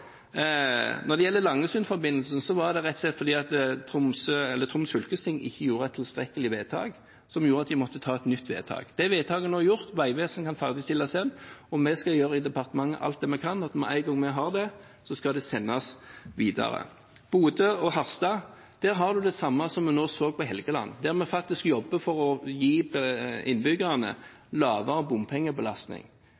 Når det gjelder Langsundforbindelsen, skyldtes det rett og slett at Troms fylkesting ikke gjorde et tilstrekkelig vedtak, noe som gjorde at de måtte gjøre et nytt vedtak. Det vedtaket er nå gjort, og Vegvesenet kan ferdigstille den, og vi i departementet skal gjøre alt vi kan, og når vi har gjort det, skal det sendes videre. Bodø og Harstad: Der har en det samme som en også så på Helgeland, der vi faktisk jobber for å gi innbyggerne